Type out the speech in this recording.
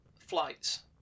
flights